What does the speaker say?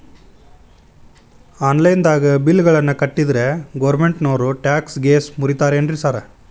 Online ದಾಗ bill ಗಳನ್ನಾ ಕಟ್ಟದ್ರೆ ಗೋರ್ಮೆಂಟಿನೋರ್ ಟ್ಯಾಕ್ಸ್ ಗೇಸ್ ಮುರೇತಾರೆನ್ರಿ ಸಾರ್?